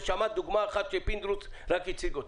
ושמעת דוגמה אחת שפינדרוס רק הציג אותה.